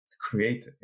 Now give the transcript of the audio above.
create